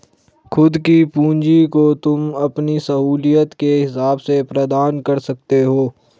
खुद की पूंजी को तुम अपनी सहूलियत के हिसाब से प्रदान कर सकते हो